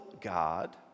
God